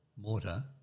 mortar